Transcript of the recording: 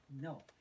No